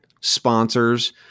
sponsors